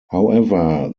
however